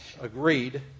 agreed